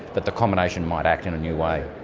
that the combination might act in a new way.